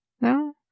No